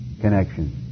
connection